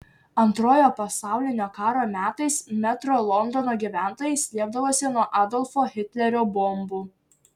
antrojo pasaulinio karo metais metro londono gyventojai slėpdavosi nuo adolfo hitlerio bombų